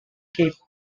cape